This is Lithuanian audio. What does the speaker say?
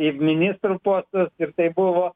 į ministrų postus ir tai buvo